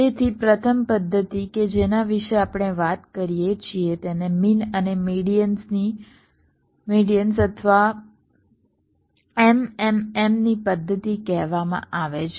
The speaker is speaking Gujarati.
તેથી પ્રથમ પદ્ધતિ કે જેના વિશે આપણે વાત કરીએ છીએ તેને મીન અને મેડીઅન્સ અથવા MMM ની પદ્ધતિ કહેવામાં આવે છે